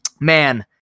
Man